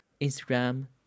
Instagram